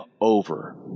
over